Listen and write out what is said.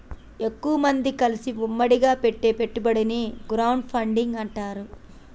ఎక్కువమంది కలిసి ఉమ్మడిగా పెట్టే పెట్టుబడిని క్రౌడ్ ఫండింగ్ అంటారు